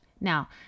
Now